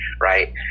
right